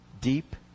deep